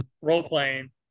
role-playing